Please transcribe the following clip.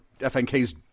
FNK's